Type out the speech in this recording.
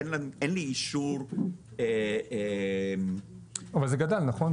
אין לי אישור --- אבל זה גדל, נכון ?